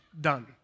done